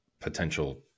potential